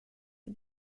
for